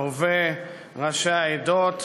בהווה, ראשי העדות,